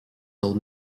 del